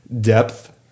depth